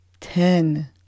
ten